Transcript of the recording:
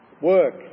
Work